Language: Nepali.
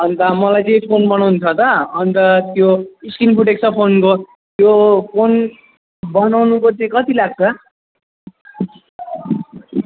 अनि त मलाई चाहिँ फोन बनाउनु छ त अनि त त्यो स्क्रिन फुटेको छ फोनको त्यो फोन बनाउनुको चाहिँ कति लाग्छ